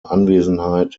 anwesenheit